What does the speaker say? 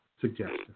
suggestion